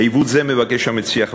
עיוות זה מבקש המציע,